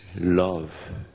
love